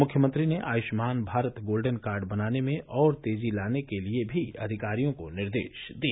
मुख्यमंत्री ने Ayushman Bharat golden card बनाने में और तेजी लाने के भी अधिकारियों को निर्देश दिए